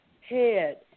head